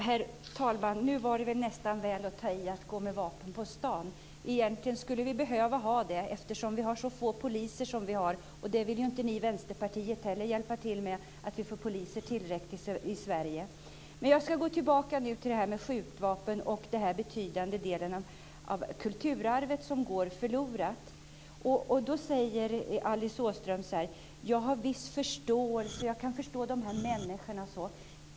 Herr talman! Det var väl ändå att ta i att säga att man skulle gå med vapen på stan. Egentligen skulle vi kanske behöva det, eftersom vi har så få poliser. Ni i Vänsterpartiet vill ju inte heller hjälpa till så att vi får tillräckligt med poliser i Sverige. Jag ska gå tillbaka till detta med skjutvapen och den betydande del av kulturarvet som går förlorad. Alice Åström säger att hon har viss förståelse för detta och att hon kan förstå dessa människor.